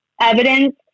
evidence